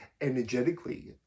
energetically